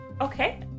Okay